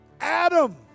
Adam